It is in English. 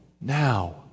now